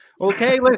Okay